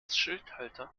schildhalter